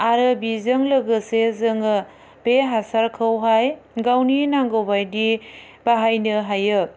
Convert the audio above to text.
आरो बेजों लोगोसे जोङो बे हासारखौहाय गावनि नांगौ बायदि बाहायनो हायो